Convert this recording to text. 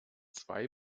zwei